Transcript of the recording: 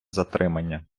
затримання